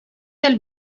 del